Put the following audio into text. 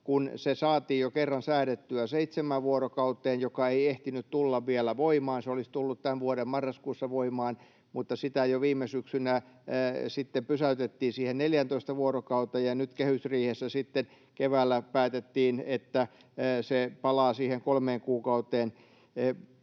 kun se saatiin jo kerran säädettyä seitsemään vuorokauteen, joka ei ehtinyt tulla vielä voimaan. Se olisi tullut tämän vuoden marraskuussa voimaan, mutta se jo viime syksynä pysäytettiin siihen 14 vuorokauteen, ja kehysriihessä sitten keväällä päätettiin, että se palaa siihen kolmeen kuukauteen.